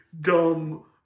dumb